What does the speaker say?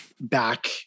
Back